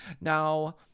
Now